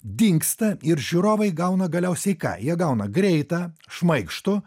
dingsta ir žiūrovai gauna galiausiai ką jie gauna greitą šmaikštų